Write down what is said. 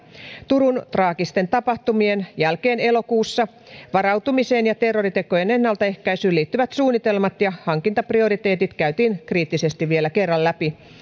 turun traagisten tapahtumien jälkeen elokuussa varautumiseen ja terroritekojen ennaltaehkäisyyn liittyvät suunnitelmat ja hankintaprioriteetit käytiin kriittisesti vielä kerran läpi